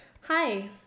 Hi